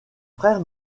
frère